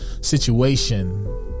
Situation